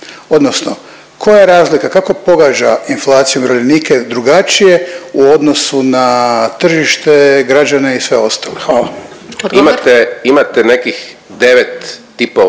odnosno koja je razlika? Kako pogađa inflacija umirovljenike drugačije u odnosu na tržište, građane i sve ostale? Hvala. **Glasovac,